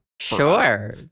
Sure